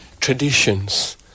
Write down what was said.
traditions